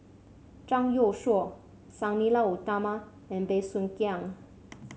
Zhang Youshuo Sang Nila Utama and Bey Soo Khiang